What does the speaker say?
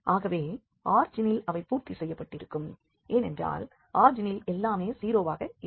ஆகவே ஆரிஜினில் அவை பூர்த்தி செய்யப்பட்டிருக்கும் ஏனென்றால் ஆரிஜினில் எல்லாமே 0 வாக இருக்கும்